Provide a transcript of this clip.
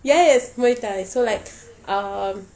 yes muay thai so like um